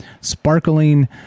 sparkling